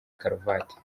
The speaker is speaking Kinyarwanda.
karuvati